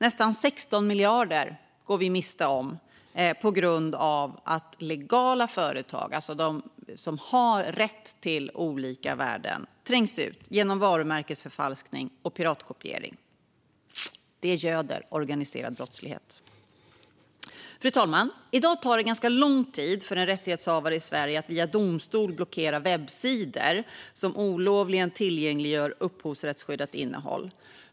Nästan 16 miljarder går förlorade på grund av att legala företag, alltså företag som har rätt till olika värden, trängs ut genom varumärkesförfalskning och piratkopiering. Detta göder organiserad brottslighet. Fru talman! I dag tar det lång tid för en rättighetshavare i Sverige att via domstol blockera webbsidor som olovligen tillgängliggör upphovsrättsskyddat material.